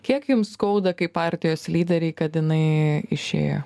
kiek jums skauda kaip partijos lyderei kad jinai išėjo